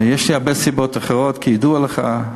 יש לי הרבה סיבות אחרות, כידוע לך: